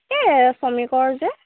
এই শ্ৰমিকৰ যে